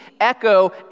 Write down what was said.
echo